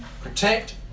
protect